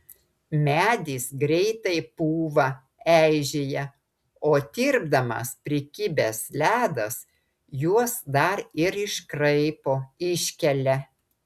medis greitai pūva eižėja o tirpdamas prikibęs ledas juos dar ir iškraipo iškelia